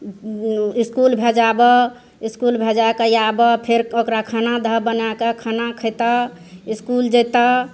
इसकुल भेजाबऽ इसकुल भेजा कऽ आबऽ फेर ओकरा खाना दऽ बनाकऽ खाना खैतो इसकुल जैतो